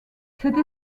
cette